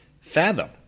fathom